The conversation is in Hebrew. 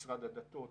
משרד הדתות,